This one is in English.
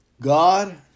God